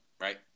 Right